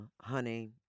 honey